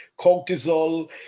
cortisol